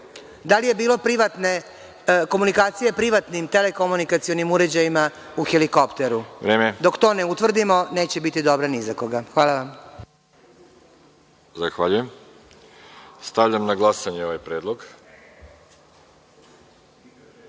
Da li je bilo komunikacije privatnim telekomunikacionim uređajima u helikopteru? Dok to ne utvrdimo neće biti dobro ni za koga. Hvala vam. **Veroljub Arsić** Zahvaljujem. Stavljam na glasanje ovaj predlog. Molim